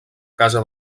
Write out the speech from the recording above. casa